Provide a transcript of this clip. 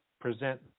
present